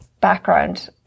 background